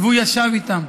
והוא ישב איתם,